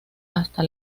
hasta